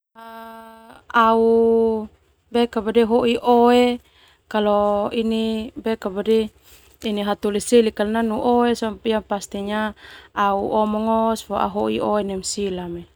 Au hoi oe kalo hataholi selik nanu oe sona au omong fo au hoi oe neme sila.